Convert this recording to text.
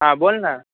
हां बोल ना